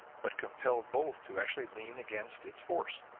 but compelled both to actually lean against its force.